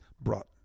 brought